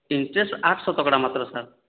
interest ଆଠ ଶତକଡ଼ା ମାତ୍ର ସାର୍